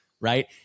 right